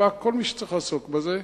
לשב"כ ולכל מי שצריך לעסוק בזה.